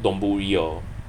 donbori hor